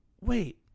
wait